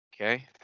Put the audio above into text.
Okay